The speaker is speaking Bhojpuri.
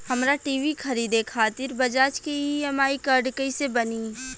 हमरा टी.वी खरीदे खातिर बज़ाज़ के ई.एम.आई कार्ड कईसे बनी?